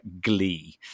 glee